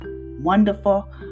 wonderful